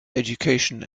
education